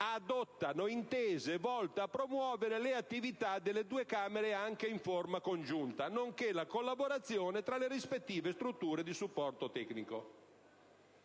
«adottano intese volte a promuovere le attività delle due Camere, anche in forma congiunta, nonché la collaborazione tra le rispettive strutture di supporto tecnico».